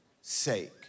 sake